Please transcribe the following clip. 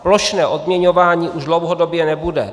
Plošné odměňování už dlouhodobě nebude.